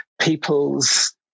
people's